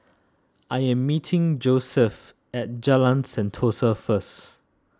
I am meeting Joesph at Jalan Sentosa first